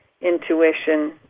intuition